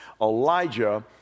Elijah